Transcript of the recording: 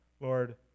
Lord